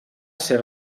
ser